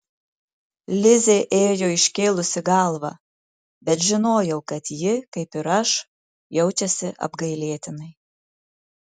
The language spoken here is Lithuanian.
lizė ėjo iškėlusi galvą bet žinojau kad ji kaip ir aš jaučiasi apgailėtinai